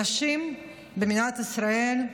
נשים במדינת ישראל.